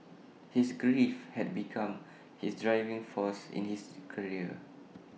his grief had become his driving force in his career